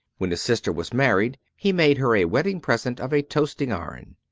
when his sister was married he made her a wedding present of a toasting-iron.